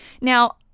Now